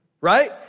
right